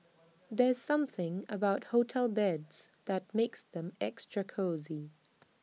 there's something about hotel beds that makes them extra cosy